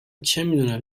چمیدونم